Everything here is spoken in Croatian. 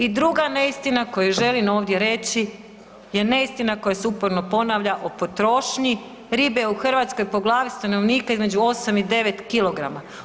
I druga neistina koju želim ovdje reći je neistina koja se uporno ponavlja o potrošnji ribe u Hrvatskoj po glavi stanovnika između 8 i 9 kg.